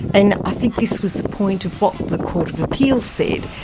and i think this was the point of what the court of appeal said.